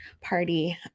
party